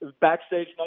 backstage